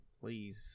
please